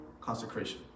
consecration